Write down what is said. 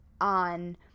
on